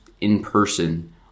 in-person